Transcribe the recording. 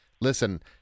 listen